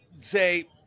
say